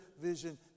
vision